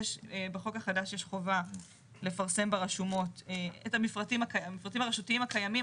בחוק החדש יש חובה לפרסם הודעה ברשומות לגבי המפרטים הרשותיים הקיימים,